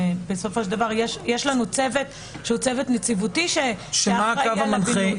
בסופו של דבר יש לנו צוות שהוא צוות נציבותי שאחראי על הבינוי.